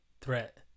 threat